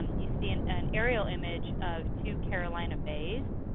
you see an an aerial image of two carolina bays,